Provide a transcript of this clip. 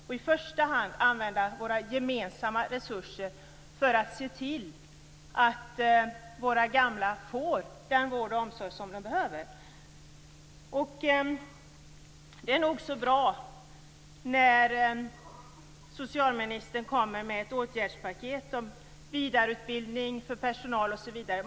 I första hand skall vi använda våra gemensamma resurser till att se till att våra gamla får den vård och omsorg som de behöver. Det är nog så bra att socialministern kommer med ett åtgärdspaket med vidareutbildning för personal osv.